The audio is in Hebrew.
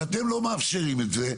ואתם לא מאפשרים את זה,